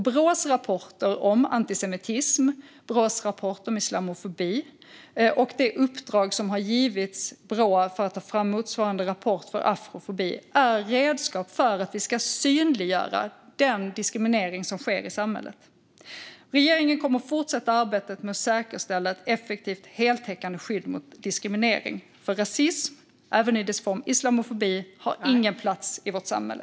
Brås rapporter om antisemitism, Brås rapport om islamofobi och det uppdrag som har givits Brå om att ta fram motsvarande rapport för afrofobi är redskap för att vi ska synliggöra den diskriminering som sker i samhället. Regeringen kommer att fortsätta arbetet med att säkerställa ett effektivt och heltäckande skydd mot diskriminering. För rasism, även i form av islamofobi, har ingen plats i vårt samhälle.